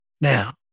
Now